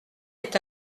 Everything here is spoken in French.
est